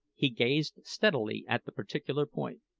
he gazed steadily at the particular point.